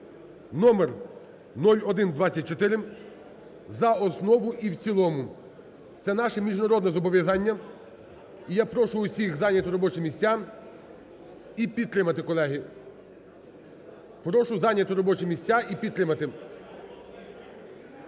(номер 0124) за основу і в цілому. Це наше міжнародне зобов'язання і я прошу усіх зайняти робочі місця і підтримати, колеги, прошу зайняти робочі місця і підтримати.